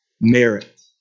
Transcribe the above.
merit